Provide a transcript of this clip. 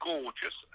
gorgeous